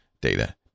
data